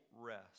rest